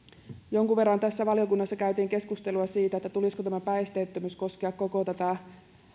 jonkun verran valiokunnassa käytiin keskustelua siitä tulisiko päihteettömyyden koskea koko tätä